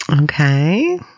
Okay